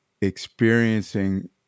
experiencing